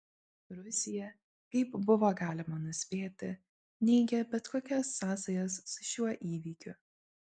rusija kaip buvo galima nuspėti neigė bet kokias sąsajas su šiuo įvykiu